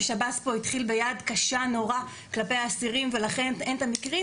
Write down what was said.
ששב"ס פה התחיל ביד קשה נורא כלפי האסירים ולכן אין את המקרים,